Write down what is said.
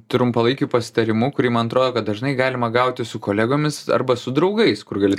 trumpalaikiu pasitarimu kurį man atro kad dažnai galima gauti su kolegomis arba su draugais kur gali